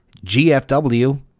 GFW